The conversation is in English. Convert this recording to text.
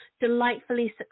delightfully